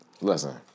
Listen